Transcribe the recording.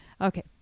Okay